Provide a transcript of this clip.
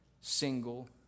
single